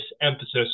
emphasis